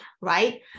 right